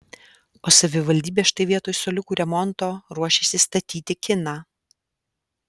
o savivaldybė štai vietoj suoliukų remonto ruošiasi statyti kiną